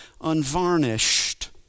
unvarnished